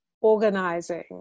organizing